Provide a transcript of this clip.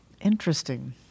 Interesting